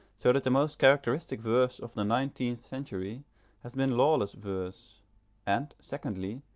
so that the most characteristic verse of the nineteenth century has been lawless verse and secondly,